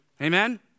Amen